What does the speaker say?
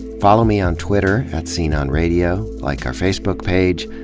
follow me on twitter at sceneonradio, like our facebook page.